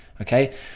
okay